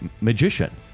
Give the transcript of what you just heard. magician